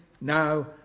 now